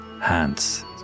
hands